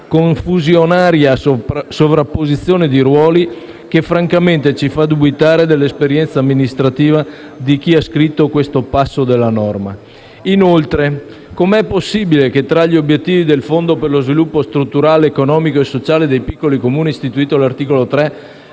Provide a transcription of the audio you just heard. confusionaria sovrapposizione di ruoli che francamente ci fa dubitare dell'esperienza amministrativa di chi ha scritto questo passo della norma. Inoltre, come è possibile che tra gli obiettivi del Fondo per lo sviluppo strutturale, economico e sociale dei piccoli Comuni, istituito all'articolo 3,